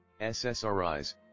SSRIs